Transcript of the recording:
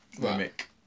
mimic